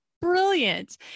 brilliant